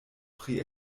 pri